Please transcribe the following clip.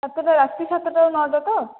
ସାତଟା ରାତି ସାତଟାରୁ ନଅଟା ତ